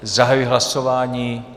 Zahajuji hlasování.